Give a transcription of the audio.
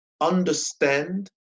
understand